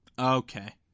Okay